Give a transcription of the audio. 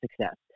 success